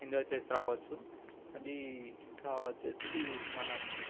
enjoy చేసి రావచ్చు అది ఇంకా వచ్చేసి మనం